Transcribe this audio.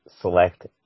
select